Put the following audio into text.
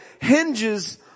Hinges